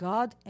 God